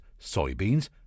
soybeans